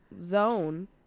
zone